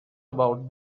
about